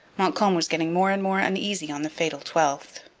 montcalm was getting more and more uneasy on the fatal twelfth.